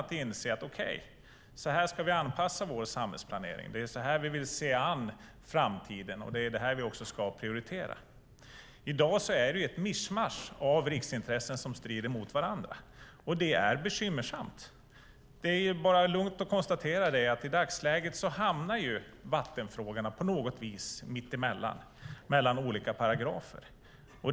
Då skulle de inse att det är på detta sätt de ska anpassa sin samhällsplanering, det är på detta sätt de kan se framtiden an, och det är detta som de också ska prioritera. I dag är det ett mischmasch av riksintressen som strider mot varandra. Det är bekymmersamt. Man kan lugnt konstatera att vattenfrågorna i dagsläget på något vis hamnar mellan olika paragrafer.